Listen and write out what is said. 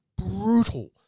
brutal